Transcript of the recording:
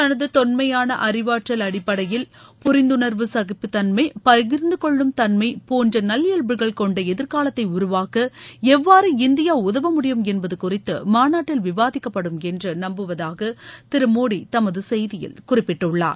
தனது தொன்மையான அறிவாற்றல் அடிப்படையில் புரிந்துணா்வு சகிப்புத்தன்மை இந்தியா பகிர்ந்தகொள்ளும் தன்மை போன்ற நல்இயல்புகள் கொண்ட எதிர்காலத்தை உருவாக்க எவ்வாறு இந்தியா உதவுமுடியும் என்பது குறித்து மாநாட்டில் விவாதிக்கப்படும் என்று நப்புவதாக திரு மோடி தமது செய்தியில் குறிப்பிட்டுள்ளார்